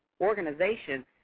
organization